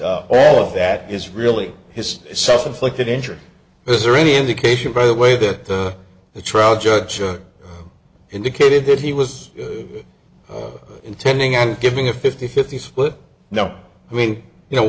all of that is really his self inflicted injury is there any indication by the way that the trial judge indicated that he was intending on giving a fifty fifty split now i think you know